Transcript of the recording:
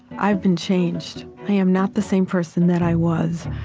i've been changed. i am not the same person that i was.